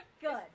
Good